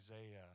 Isaiah